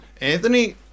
Anthony